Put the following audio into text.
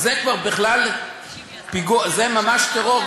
אז זה כבר ממש טרור,